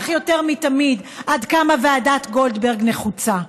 יותר מתמיד עד כמה ועדת גולדברג נחוצה,